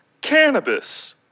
Cannabis